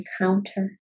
encounter